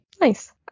Nice